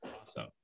Awesome